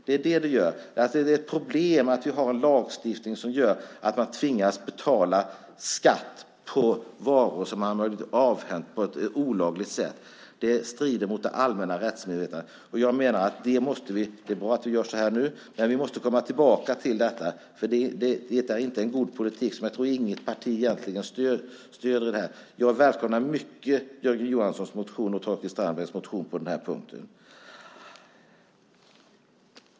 Det är ett problem att vi har en lagstiftning som gör att man tvingas betala skatt på varor som man har blivit avhänd på olagligt sätt. Det strider mot det allmänna rättsmedvetandet. Jag menar att det är bra att vi gör så här nu, men vi måste komma tillbaka till detta. Det är inte en god politik som jag tror att något parti egentligen stöder. Jag välkomnar Jörgen Johanssons och Torkild Strandbergs motioner på den här punkten.